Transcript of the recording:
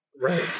Right